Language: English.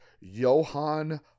Johann